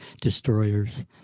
Destroyers